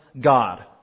God